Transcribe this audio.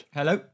hello